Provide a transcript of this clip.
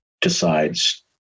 decides